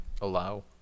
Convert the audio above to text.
allow